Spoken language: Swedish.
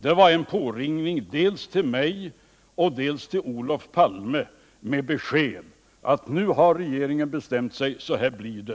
Det var en påringning dels till mig, dels till Olof Palme med beskedet: Nu har regeringen bestämt sig, så här blir det.